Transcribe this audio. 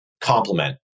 complement